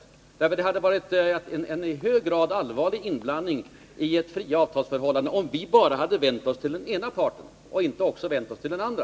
— eftersom det hade varit en i hög grad allvarlig inblandning i fria avtalsförhållanden, om vi bara hade vänt oss till den ena parten och inte till den andra.